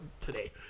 today